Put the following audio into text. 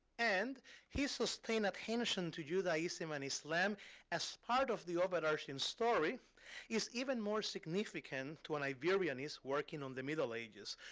and his sustained attention to judaism and islam as part of the overarching story is even more significant to an iberianist working on the middle ages.